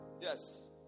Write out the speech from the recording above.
Yes